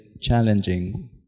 challenging